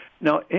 Now